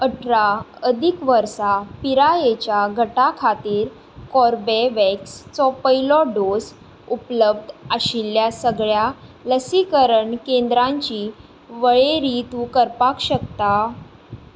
अठरा अदीक वर्सा पिरायेच्या गटां खातीर कोर्बेवॅक्सचो पयलो डोस उपलब्ध आशिल्ल्या सगळ्यां लसीकरण केंद्रांची वळेरी तूं करपाक शकता